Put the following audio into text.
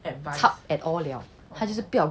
chap at all liao 他就是不要管 liao